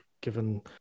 given